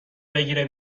بگیره